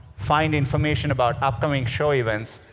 find information about upcoming show events,